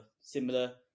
similar